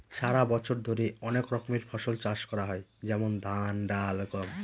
সারা বছর ধরে অনেক রকমের ফসল চাষ করা হয় যেমন ধান, ডাল, গম